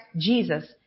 Jesus